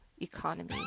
economy